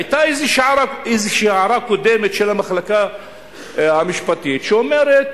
היתה איזו הערה קודמת של המחלקה המשפטית שאומרת